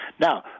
Now